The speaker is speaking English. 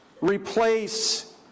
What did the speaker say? replace